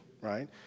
right